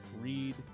read